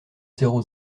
zéro